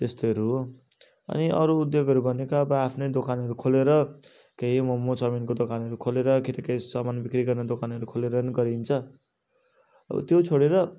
त्यस्तोहेरू हो अनि अरू उद्योगहरू भनेको अब आफ्नै दोकानहरू खोलेर केही मम चाउमिनको दोकानहरू खोलेर कि त केही सामान बिक्री गर्ने दोकानहरू खोलेर गरिन्छ अब त्यो छोडेर